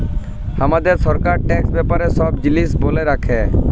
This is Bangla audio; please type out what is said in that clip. হামাদের সরকার ট্যাক্স ব্যাপারে সব জিলিস ব্যলে রাখে